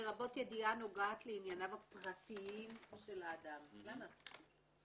לרבות ידיעה הנוגעת לענייניו הפרטיים של אדם." למה?